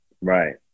Right